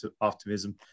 optimism